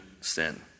sin